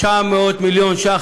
900 מיליון ש"ח.